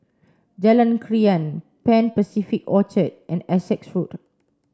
Jalan Krian Pan Pacific Orchard and Essex Road